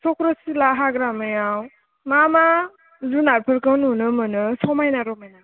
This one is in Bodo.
सख्रसिला हाग्रामायाव मा मा जुनारफोरखौ नुनो मोनो समायना रमायना